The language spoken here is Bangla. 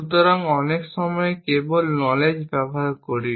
সুতরাং অনেক সময় আমরা কেবল নলেজ ব্যবহার করি